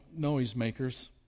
noisemakers